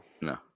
no